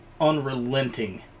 unrelenting